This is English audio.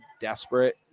desperate